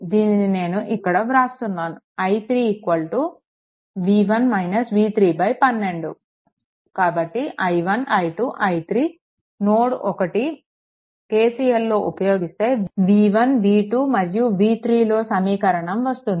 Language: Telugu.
దీనిని నేను ఇక్కడ వ్రాస్తున్నాను i3 12 కాబట్టి i1 i2 i3 నోడ్1 KCLలో ఉపయోగిస్తే v1 v2 మరియు v3లో సమీకరణం వస్తుంది